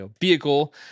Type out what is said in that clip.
vehicle